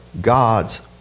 God's